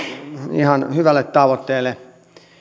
ihan hyvälle tavoitteelle